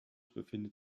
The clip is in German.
befindet